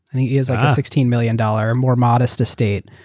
and he has a sixteen million dollars, more modest estate